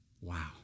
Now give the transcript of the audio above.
Wow